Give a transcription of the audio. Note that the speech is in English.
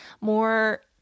more